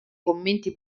commenti